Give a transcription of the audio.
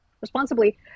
responsibly